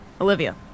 Olivia